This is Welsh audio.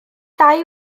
dau